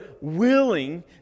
willing